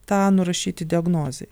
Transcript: tą nurašyti diagnozei